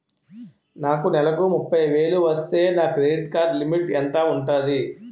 నాకు నెలకు ముప్పై వేలు వస్తే నా క్రెడిట్ కార్డ్ లిమిట్ ఎంత ఉంటాది?